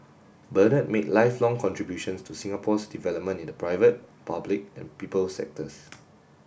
Bernard made lifelong contributions to Singapore's development in the private public and people sectors